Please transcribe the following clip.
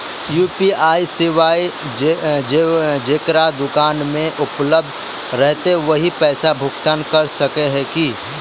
UPI सेवाएं जेकरा दुकान में उपलब्ध रहते वही पैसा भुगतान कर सके है की?